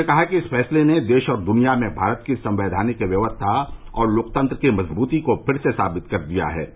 उन्होंने कहा कि इस फैसले ने देश और दुनिया में भारत की संवैधानिक व्यवस्था और लोकतंत्र की मजबूती को फिर से साबित कर दिया है